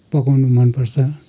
पकाउनु मनपर्छ